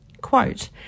Quote